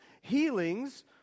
healings